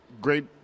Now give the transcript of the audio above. great